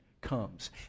comes